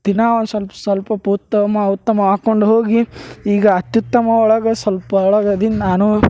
ದಿನ ಸೊಲ್ಪ ಸ್ವಲ್ಪ ಪುತ್ತಮ ಉತ್ತಮ ಆಕ್ಕೊಂಡು ಹೋಗಿ ಈಗ ಅತ್ಯುತ್ತಮ ಒಳಗೆ ಸ್ವಲ್ಪ ಒಳಗೆ ಅದೀನಿ ನಾನು